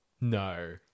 No